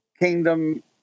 kingdom